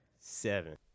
seven